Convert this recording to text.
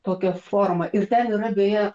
tokią formą ir ten yra beje